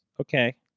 Okay